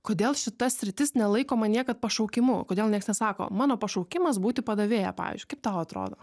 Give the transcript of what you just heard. kodėl šita sritis nelaikoma niekad pašaukimu o kodėl nieks nesako mano pašaukimas būti padavėja pavyzdžiui kaip tau atrodo